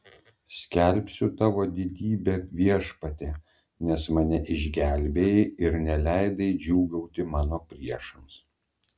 skelbsiu tavo didybę viešpatie nes mane išgelbėjai ir neleidai džiūgauti mano priešams